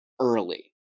early